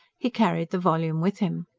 he carried the volume with him.